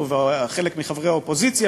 וחלק מחברי האופוזיציה,